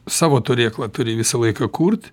savo turėklą turi visą laiką kurt